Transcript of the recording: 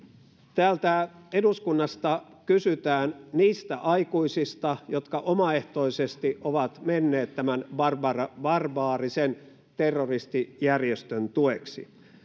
täältä eduskunnasta kysytään niistä aikuisista jotka omaehtoisesti ovat menneet tämän barbaarisen barbaarisen terroristijärjestön tueksi